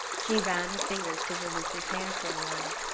she ran her fingers through her loosened hair for a while.